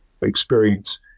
experience